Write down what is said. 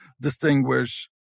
distinguish